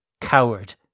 coward